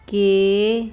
ਕਿ